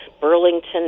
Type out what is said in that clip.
Burlington